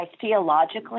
theologically